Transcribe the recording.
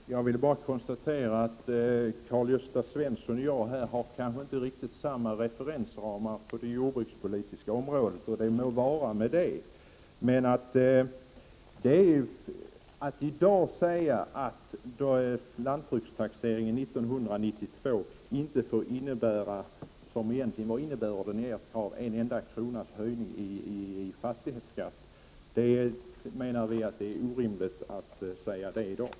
Fru talman! Jag vill bara konstatera att Karl-Gösta Svenson och jag kanske inte riktigt har samma referensramar på det jordbrukspolitiska området. Det må vara. Att i dag säga att lantbrukstaxeringen 1992 inte får innebära en enda kronas höjning av fastighetsskatten, som ju egentligen var innebörden av ert krav, menar vi är orimligt.